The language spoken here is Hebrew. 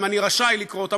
אם אני רשאי לקרוא אותם.